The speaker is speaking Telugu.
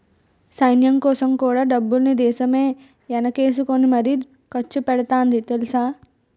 సైన్యంకోసం కూడా డబ్బుల్ని దేశమే ఎనకేసుకుని మరీ ఖర్చుపెడతాంది తెలుసా?